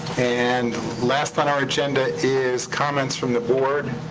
and last on our agenda is comments from the board.